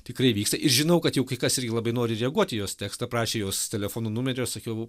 tikrai vyksta ir žinau kad jau kai kas irgi labai nori reaguoti į jos tekstą prašė jos telefono numerio sakiau